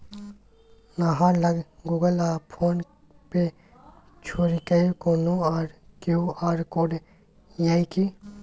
अहाँ लग गुगल आ फोन पे छोड़िकए कोनो आर क्यू.आर कोड यै कि?